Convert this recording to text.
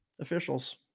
Officials